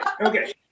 okay